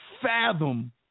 fathom